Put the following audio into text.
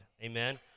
Amen